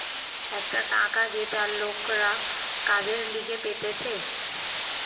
একটা টাকা যেটা লোকরা কাজের লিগে পেতেছে